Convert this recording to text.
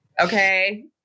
okay